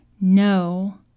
No